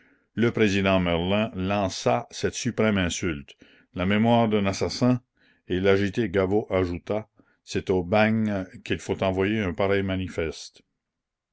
le président merlin lança cette suprême insulte la mémoire d'un assassin et l'agité gaveau ajouta c'est au bagne qu'il faut envoyer un pareil manifeste